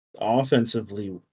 offensively